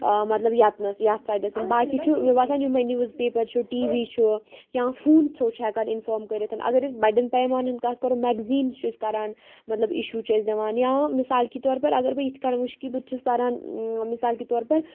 مطلب یتنَس یَتھ سایڈَس باقٕے چھُ مےٚ باسان یِمٕے نِوٕز پیپر چھُ ٹی وی چھُ یا فون تھروٗ چھُ ہٮ۪کان اِنفارم کٔرِتھ اگر أسۍ بَڑٮ۪ن پایمانَن کَتھ کَرو میٚگزیٖنٕز چھِ أسۍ کَران مطلب اِشوٗ چھِ أسۍ دِوان یا مِثال کے طور پَر اگر بہٕ یِتھ کنۍ وُچھ کہ بٕتہِ چھُس پَران مِثال کے طور پَر